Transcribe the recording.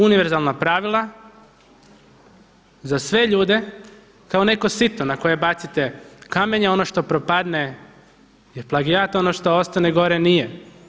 Univerzalna pravila za sve ljude kao neko sito na koje bacite kamenje, ono što propadne je plagijat, ono što ostane gore nije.